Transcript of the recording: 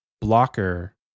blocker